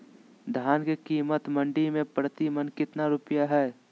धान के कीमत मंडी में प्रति मन कितना रुपया हाय?